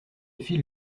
file